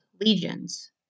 legions